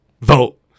vote